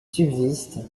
subsistent